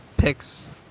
picks